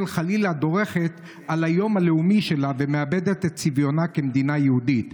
חלילה דורכת על היום הלאומי שלה ומאבדת את צביונה כמדינה יהודית.